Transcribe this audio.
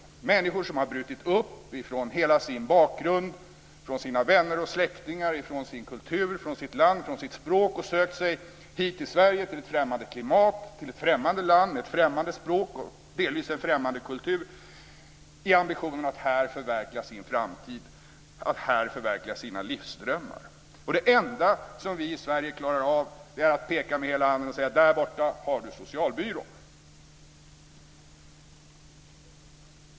Det är människor som har brutit upp från hela sin bakgrund, från sina vänner och släktingar, från sin kultur, från sitt land och från sitt språk och som sökt sig hit till Sverige till ett främmande klimat, ett främmande land, ett främmande språk och delvis en främmande kultur, i ambitionen att här förverkliga sin framtid och sina livsdrömmar. Det enda som vi i Sverige klarar av är att peka med hela armen och säga: Där borta har du socialbyrån!